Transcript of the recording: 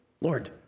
Lord